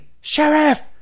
sheriff